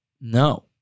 No